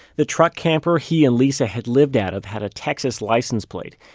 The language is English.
the truck camper he and lisa had lived out of had a texas license plate,